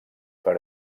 per